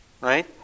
right